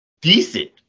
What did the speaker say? decent